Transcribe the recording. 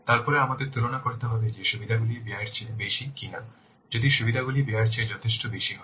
তারপরে আমাদের তুলনা করতে হবে যে সুবিধাগুলি ব্যয়ের চেয়ে বেশি কিনা যদি সুবিধাটি ব্যয়ের চেয়ে যথেষ্ট বেশি হয়